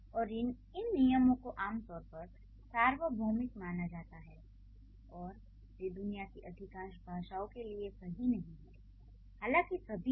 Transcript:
और इन नियमों को आमतौर पर सार्वभौमिक माना जाता है और वे दुनिया की अधिकांश भाषाओं के लिए सही हैं हालाकी सभी नहीं